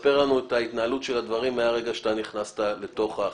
תספר לנו את ההתנהלות של הדברים מהרגע שאתה נכנסת לתוך החדר.